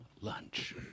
Lunch